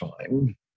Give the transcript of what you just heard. time